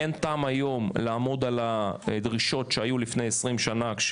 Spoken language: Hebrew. אין טעם היום לעמוד על הדרישות שהיו לפני כ-20 שנים,